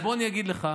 אז בוא אני אגיד לך: